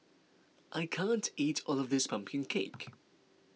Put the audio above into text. I can't eat all of this Pumpkin Cake